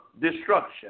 destruction